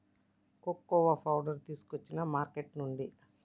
cocoa powder తీసుకొచ్చిన supermarket నుండి